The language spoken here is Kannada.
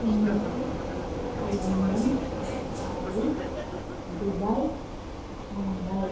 Singapore London Paris Dubai Mumbai